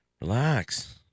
Relax